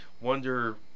wonder